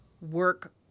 work